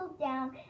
down